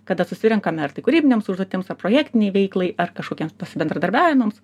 kada susirenkame ar tai kūrybinėms užduotims projektinei veiklai ar kažkokiems bendradarbiavimams